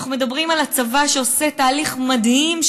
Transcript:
אנחנו מדברים על הצבא, שעושה תהליך מדהים,